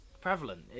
prevalent